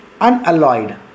unalloyed